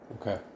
Okay